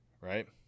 right